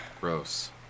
Gross